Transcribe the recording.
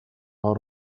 gaur